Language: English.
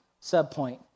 sub-point